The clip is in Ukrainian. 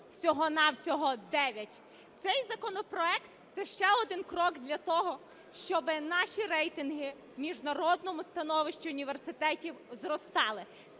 Всього-на-всього 9. Цей законопроект – це ще один крок для того, щоб наші рейтинги в міжнародному становищі університетів зростали.